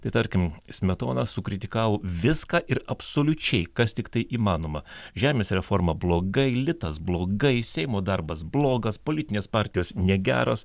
tai tarkim smetona sukritikavo viską ir absoliučiai kas tiktai įmanoma žemės reforma blogai litas blogai seimo darbas blogas politinės partijos negeros